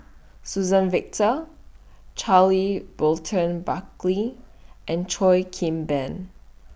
Suzann Victor Charles Burton Buckley and Cheo Kim Ban